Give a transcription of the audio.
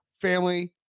family